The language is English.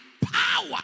power